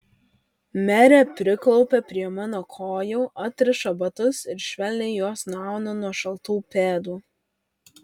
merė priklaupia prie mano kojų atriša batus ir švelniai juos nuauna nuo šaltų pėdų